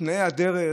תנאי הדרך,